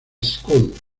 school